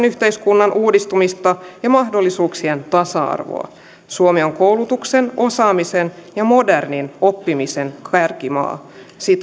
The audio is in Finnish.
yhteiskunnan uudistumista ja mahdollisuuksien tasa arvoa suomi on koulutuksen osaamisen ja modernin oppimisen kärkimaa